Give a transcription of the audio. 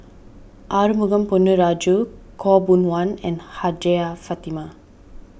Arumugam Ponnu Rajah Khaw Boon Wan and Hajjah Fatimah